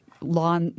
law